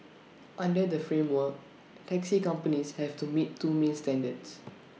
under the framework taxi companies have to meet two main standards